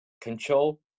control